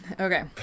Okay